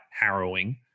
harrowing